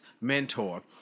mentor